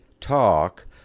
talk